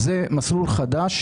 זה מסלול חדש,